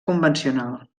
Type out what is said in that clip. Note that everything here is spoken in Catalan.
convencional